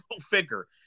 figure